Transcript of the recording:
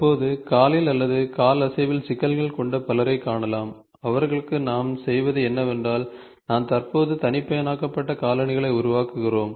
தற்போது காலில் அல்லது கால் அசைவில் சிக்கல்களைக் கொண்ட பலரைக் காணலாம் அவர்களுக்கு நாம் செய்வது என்னவென்றால் நாம் தற்போது தனிப்பயனாக்கப்பட்ட காலணிகளை உருவாக்குகிறோம்